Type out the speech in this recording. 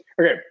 Okay